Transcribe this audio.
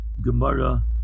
Gemara